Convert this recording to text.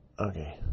Okay